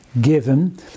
given